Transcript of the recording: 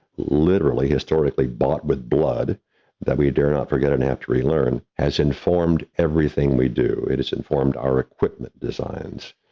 literally historically bought with blood that we do not forget and have to relearn has informed everything we do, it has informed our equipment designs,